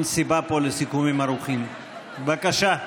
בבקשה,